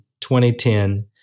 2010